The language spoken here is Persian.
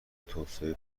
توسعه